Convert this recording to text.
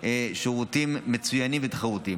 שירותים מצוינים ותחרותיים.